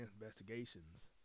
investigations